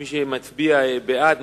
מי שמצביע בעד,